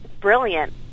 brilliant